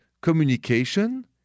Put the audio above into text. communication